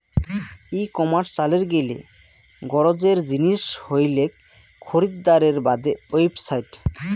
ই commerce চালের গেইলে গরোজের জিনিস হইলেক খরিদ্দারের বাদে ওয়েবসাইট